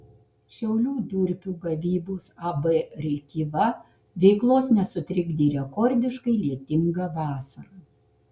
šiaulių durpių gavybos ab rėkyva veiklos nesutrikdė rekordiškai lietinga vasara